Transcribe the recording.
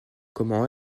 comment